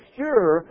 sure